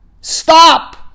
Stop